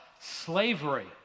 Slavery